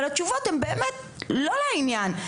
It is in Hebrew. אבל התשובות הן באמת, לא לעניין.